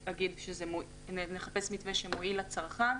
נחפש מתווה שמועיל לצרכן,